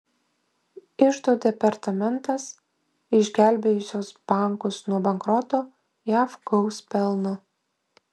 iždo departamentas išgelbėjusios bankus nuo bankroto jav gaus pelno